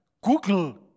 Google